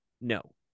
No